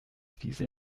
fiese